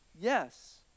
Yes